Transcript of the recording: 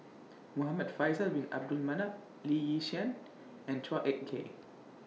Muhamad Faisal Bin Abdul Manap Lee Yi Shyan and Chua Ek Kay